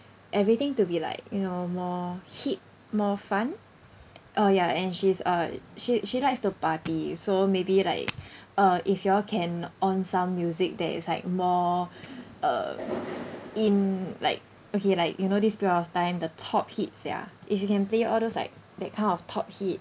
everything to be like you know more hip more fun uh yeah and she's uh she she likes to party so maybe like uh if you all can on some music that is like more uh in like okay like you know this period of time the top hits ya if you can play all those like that kind of top hit